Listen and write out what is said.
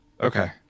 okay